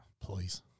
Please